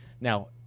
Now